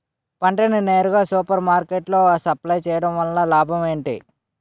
పంట ని నేరుగా సూపర్ మార్కెట్ లో సప్లై చేయటం వలన లాభం ఏంటి?